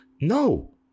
No